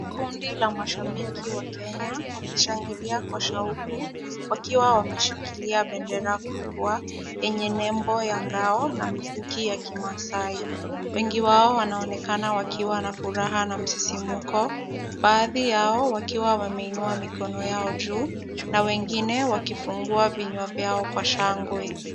Kundi la mashabiki wa Kenya wakishangilia kwa shauku wakiwa wameshikilia bendera kubwa yenye nembo ya ngao na mikuki ya Kimaasai. Wengi wao wanaonekana wakiwa na furaha na msisimko baadhi yao wakiwa wameinua mikono yao juu na wengine wakifungua vinywa vyao kwa shangwe.